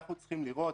אנחנו צריכים לראות,